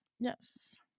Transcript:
yes